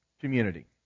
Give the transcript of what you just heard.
community